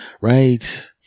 right